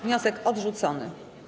Wniosek odrzucony.